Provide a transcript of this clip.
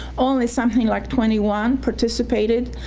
only something like twenty one participated,